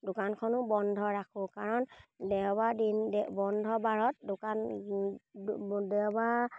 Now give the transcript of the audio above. দোকানখনো বন্ধ ৰাখোঁ কাৰণ দেওবাৰ দিন বন্ধ বাৰত দোকান দেওবাৰ